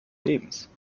lebens